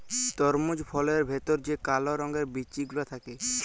তরমুজ ফলের ভেতর যে কাল রঙের বিচি গুলা থাক্যে